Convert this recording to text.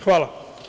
Hvala.